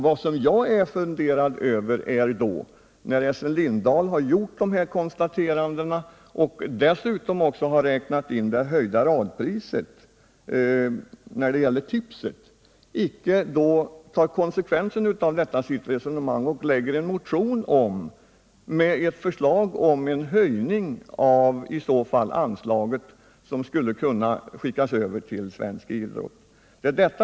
Vad jag inte förstår är att Essen Lindahl, när han har gjort dessa konstateranden och dessutom räknat in det höjda radpriset på tipset, inte tar konsekvenserna av detta sitt resonemang och väcker en motion med förslag om höjning av anslaget till svensk idrott.